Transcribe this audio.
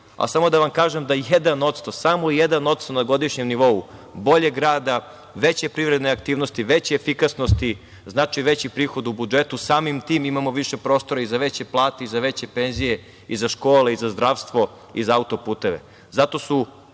da vam kažem da samo 1% na godišnjem nivou boljeg grada, veće privredne aktivnosti, veće efikasnosti znači veći prihod u budžetu, samim tim imamo više prostora i za veće plate i za veće penzije i za škole i za zdravstvo i za autoputeve.